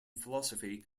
philosophy